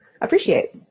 appreciate